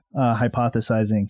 hypothesizing